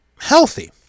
healthy